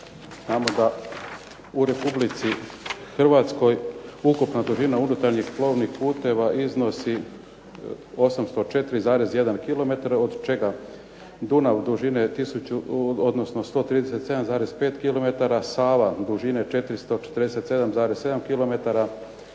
u Republici Hrvatskoj ukupna dužina unutarnjih plovnih puteva iznosi 804,1 kilometar od čega Dunav dužine 137,5 km, Sava dužine 447,7 km,